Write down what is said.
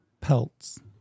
pelts